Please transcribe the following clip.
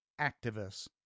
activist